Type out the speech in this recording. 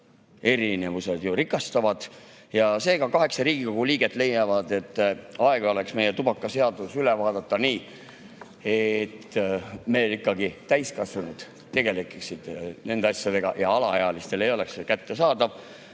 erinevused ju rikastavad. Seega, Riigikogu kaheksa liiget leiavad, et aeg oleks meie tubakaseadus üle vaadata nii, et meil ikkagi täiskasvanud tegeleksid nende asjadega ja alaealistele ei oleks see kättesaadav,